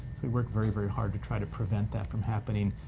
we work very, very hard to try to prevent that from happening,